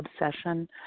obsession